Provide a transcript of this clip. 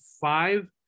five